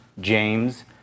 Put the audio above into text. James